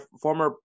former